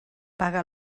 paga